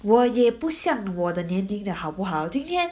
我也不像我的年龄的好不好今天